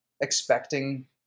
expecting